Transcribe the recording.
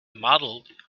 modeled